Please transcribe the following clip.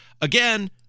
again